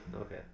Okay